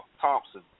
Thompson